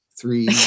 three